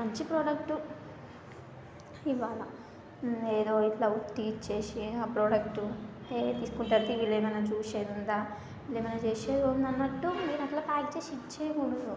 మంచి ప్రోడక్ట్ ఇవ్వాలా ఏదో ఇట్లా ఉట్టిగా ఇచ్చేసి ఆ ప్రోడక్ట్ ఏ వేసుకుంటారు తీ వీళ్ళు ఏదైనా చూసేది ఉందాఅన్నట్టు మీరు అట్లా ప్యాక్ చేసి ఇచ్చేకూడదు